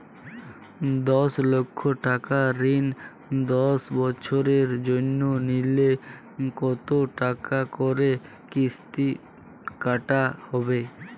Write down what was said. দশ লক্ষ টাকার ঋণ দশ বছরের জন্য নিলে কতো টাকা করে কিস্তির টাকা হবে?